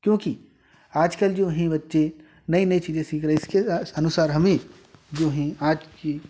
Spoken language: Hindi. क्योंकि आजकल जो हें बच्चे नई नई चीज़ें सीख रही इसके साथ अनुसार हम ही जो भीं आज कि